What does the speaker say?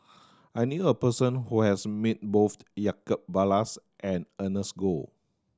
I knew a person who has met both Jacob Ballas and Ernest Goh